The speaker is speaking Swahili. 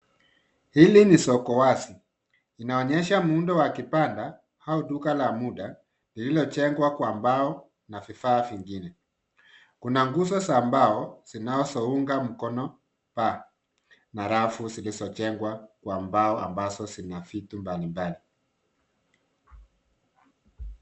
Hili ni soko wazi inaonyesha muundo wa kibanda au duka la muda lililojengwa kwa mbao na vifaa vingine kuna nguzo za mbao zinazounga mkono paa na rafu zilizojengwa kwa mbao ambazo zinavitu mbalimbali.